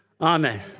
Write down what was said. Amen